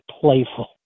playful